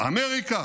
אמריקה,